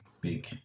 big